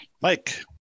Mike